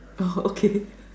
orh okay